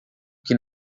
que